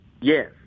Yes